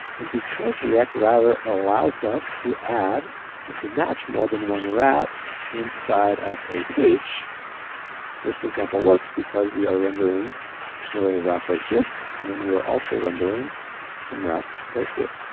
and because react router allows us to add and to match more than one route inside of a pitch this example works because we are rendering an array of routes right here and then we're also rendering some routes right here.